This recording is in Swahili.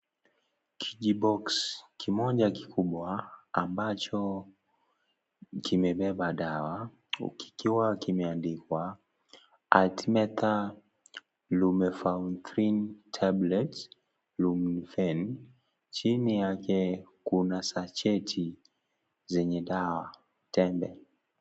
Kijiboksi kimoja kikubwa ambacho kimebeba dawa kikiwa kimeandikwa Artemether Lumefantrine Tablets, Lumifen chini yake kuna sacheti zenye dawa, tembe.